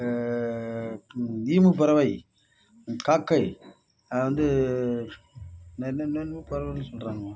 emu பறவை காக்கை வந்து இன்னும் என்னென்னவோ பறவைன்னு சொல்றாங்க